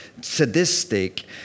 sadistic